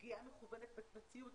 פגיעה מכוונת בציוד.